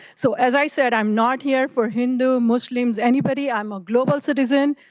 so as i said, i am not here for hindu, muslims, anybody. i am a global citizen,